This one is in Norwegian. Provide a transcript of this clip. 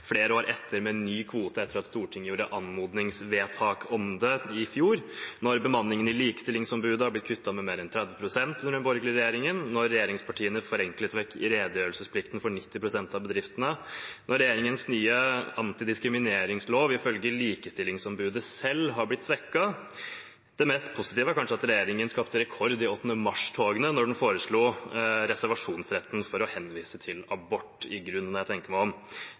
flere år etter med ny kvote etter at Stortinget gjorde anmodningsvedtak om det i fjor, når bemanningen i Likestillingsombudet er blitt kuttet med mer enn 30 pst. under den borgerlige regjeringen, når regjeringspartiene forenklet redegjørelsesplikten for 90 pst. av bedriftene, og når regjeringens nye antidiskrimineringslov ifølge Likestillingsombudet selv er blitt svekket. Det mest positive er i grunnen, når jeg tenker meg om, kanskje at regjeringen skapte rekord i 8. mars-togene når den foreslo reservasjonsrett mot å henvise til abort. Er statsråden fornøyd med denne innsatsen? Jeg